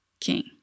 King